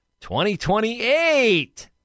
2028